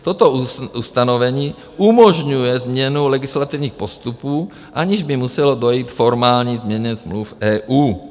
Toto ustanovení umožňuje změnu legislativních postupů, aniž by muselo dojít k formální změně smluv EU.